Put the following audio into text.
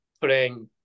putting